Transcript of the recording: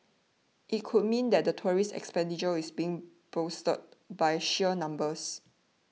it could mean that tourist expenditure is being bolstered by sheer numbers